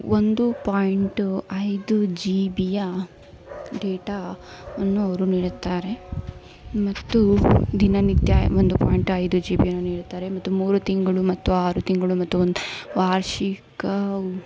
ಒಂದು ಪಾಯಿಂಟು ಐದು ಜಿ ಬಿಯ ಡೇಟಾವನ್ನು ಅವರು ನೀಡುತ್ತಾರೆ ಮತ್ತು ದಿನನಿತ್ಯ ಒಂದು ಪಾಯಿಂಟ್ ಐದು ಜಿ ಬಿಯನ್ನು ನೀಡುತ್ತಾರೆ ಮತ್ತು ಮೂರು ತಿಂಗಳು ಮತ್ತು ಆರು ತಿಂಗಳು ಮತ್ತು ಒಂದು ವಾರ್ಷಿಕ